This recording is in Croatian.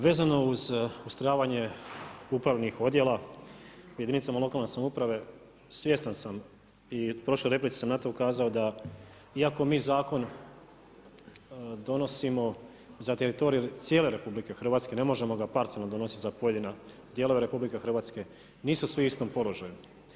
Vezano uz ustrojavanje upravnih odjela u jedinicama lokalne samouprave svjestan sam i u prošloj replici sam na to ukazao da iako mi zakon donosimo za teritorij RH, ne možemo ga parcijalno donositi za pojedine dijelove RH, nisu svi u istom položaju.